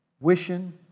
wishing